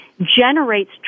generates